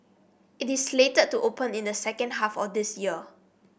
it is slated to open in the second half of this year